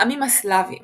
העמים הסלאביים